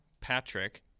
patrick